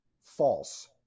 false